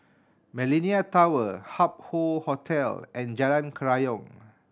Millenia Tower Hup Hoe Hotel and Jalan Kerayong